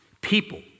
People